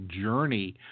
journey